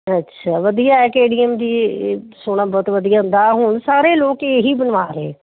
ਅੱਛਾ ਵਧੀਆ K D M ਦੀ ਸੋਨਾ ਬਹੁਤ ਵਧੀਆ ਹੁੰਦਾ ਹੁਣ ਸਾਰੇ ਲੋਕ ਇਹੀ ਬਣਵਾ ਰਹੇ